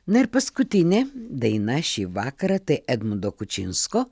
na ir paskutinė daina šį vakarą tai edmundo kučinsko